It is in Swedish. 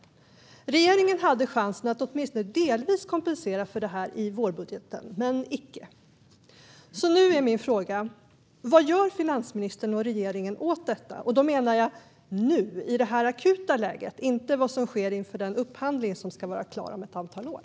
Regeringen hade chansen att åtminstone delvis kompensera för det i vårändringsbudgeten - men icke! Nu är min fråga: Vad gör finansministern och regeringen åt detta? Jag menar nu, i det här akuta läget och inte vad som sker inför den upphandling som ska vara klar om ett antal år.